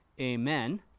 Amen